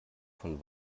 von